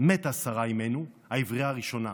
מתה שרה אימנו, העברייה הראשונה.